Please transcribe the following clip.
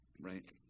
Right